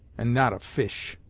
and not a fish.